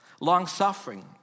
long-suffering